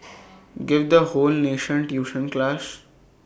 give the whole nation tuition class